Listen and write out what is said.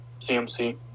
CMC